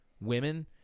women